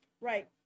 Right